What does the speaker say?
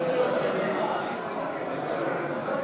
לדיון מוקדם בוועדה שתקבע ועדת הכנסת נתקבלה.